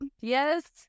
yes